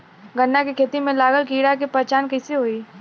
गन्ना के खेती में लागल कीड़ा के पहचान कैसे होयी?